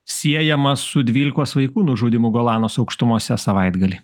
siejama su dvylikos vaikų nužudymu golanos aukštumose savaitgalį